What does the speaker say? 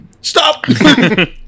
Stop